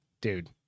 dude